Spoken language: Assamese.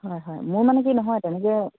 হয় হয় মোৰ মানে কি নহয় তেনেকে